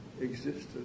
existence